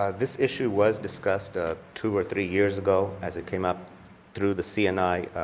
ah this issue was discussed ah two or three years ago as it came up through the c and i,